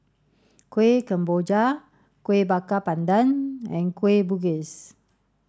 Kuih Kemboja Kuih Bakar Pandan and Kueh Bugis